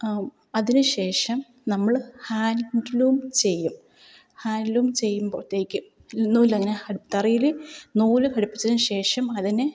അതിനു ശേഷം നമ്മൾ ഹാൻഡ്ലൂം ചെയ്യും ഹാൻഡ്ലൂം ചെയ്യുമ്പോഴത്തേക്ക് നൂൽ അങ്ങനെ തറയിൽ നൂല് ഘടിപ്പിച്ചതിനു ശേഷം അതിനെ